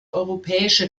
europäische